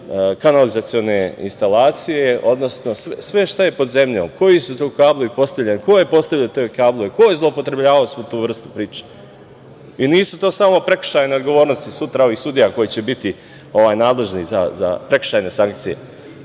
kanalizacione instalacije, odnosno sve šta je pod zemljom, koji su to kablovi postavljani, ko je postavljao te kablove, ko je zloupotrebljavao svu tu vrstu priče? Nisu to samo prekršajne odgovornosti sutra ovih sudija koji će biti nadležni za prekršajne sankcije,